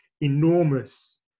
enormous